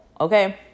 Okay